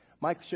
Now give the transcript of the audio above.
Mike